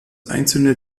einzelne